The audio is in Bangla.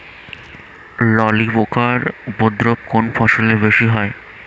ললি পোকার উপদ্রব কোন ফসলে বেশি হয়?